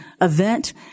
event